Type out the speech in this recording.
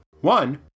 One